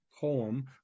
poem